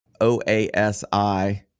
OASI